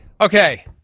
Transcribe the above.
Okay